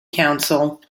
council